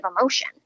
emotion